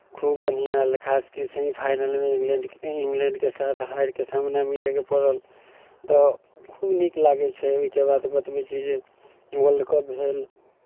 खूब बढ़िआँ ले खास कऽ सेमीफाइनलमे इंग्लैंड इंग्लैंडके साथ हारिके सामना मिलयके पड़ल तऽ खूब नीक लागै छै ओहिके बाद बतबै छी जे वर्ल्ड कप भेल